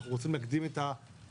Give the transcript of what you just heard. אנחנו רוצים להקדים את הדיון.